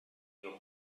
your